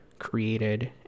Created